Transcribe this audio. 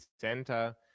center